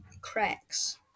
cracks